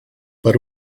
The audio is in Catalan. per